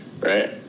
right